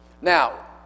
Now